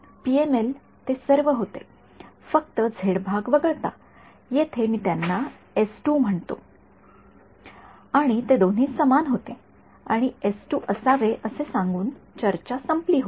PML ते सर्व होते फक्त झेड भाग वगळता येथे मी त्यांना म्हणतो आणि ते दोन्ही समान होते आणि असावे असे सांगून चर्चा संपली होती